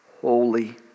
holy